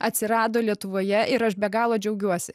atsirado lietuvoje ir aš be galo džiaugiuosi